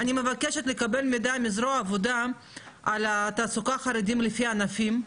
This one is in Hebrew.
אני מבקשת לקבל מידע מזרוע העבודה על תעסוקת חרדים לפי ענפים,